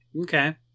Okay